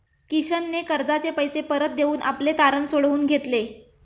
किशनने कर्जाचे पैसे परत देऊन आपले तारण सोडवून घेतले